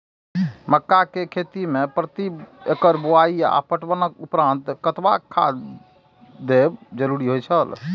मक्का के खेती में प्रति एकड़ बुआई आ पटवनक उपरांत कतबाक खाद देयब जरुरी होय छल?